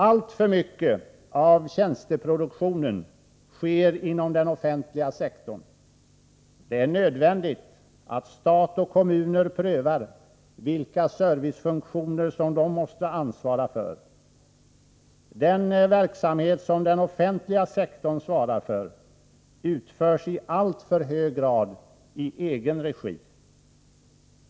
Alltför mycket av tjänsteproduktionen sker inom den offentliga sektorn. Det är nödvändigt att stat och kommuner prövar vilka servicefunktioner som de måste ansvara för. Den verksamhet som den offentliga sektorn svarar för utförs i alltför hög grad i egen regi.